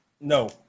No